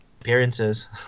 Appearances